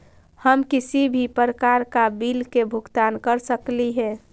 हम किसी भी प्रकार का बिल का भुगतान कर सकली हे?